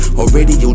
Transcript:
already